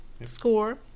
score